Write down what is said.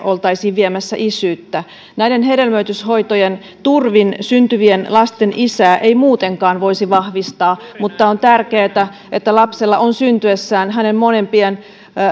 oltaisiin viemässä isyyttä näiden hedelmöityshoitojen turvin syntyvien lasten isiä ei muutenkaan voisi vahvistaa mutta on tärkeätä että lapsella on syntyessään molempien